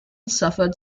suffered